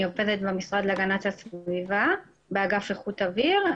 אני עובדת במשרד להגנת הסביבה באגף איכות אוויר.